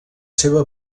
seva